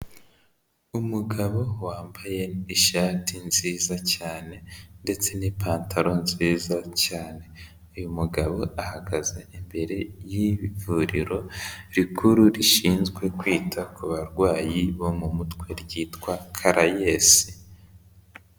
Umugabo wambaye ishati nziza cyane, ndetse n'ipantaro nziza cyane, uyu mugabo ahagaze imbere y'ivuriro rikuru rishinzwe kwita ku barwayi bo mu mutwe ryitwa Karayesi.